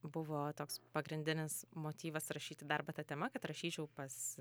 buvo toks pagrindinis motyvas rašyti darbą ta tema kad rašyčiau pas